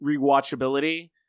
rewatchability